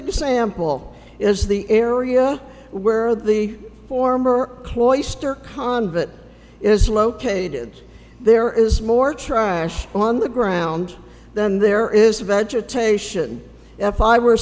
example is the area where the former cloister conduit is located there is more trash on the ground then there is vegetation f i were